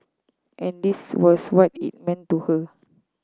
and this was what it meant to her